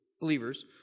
believers